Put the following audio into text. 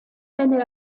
venne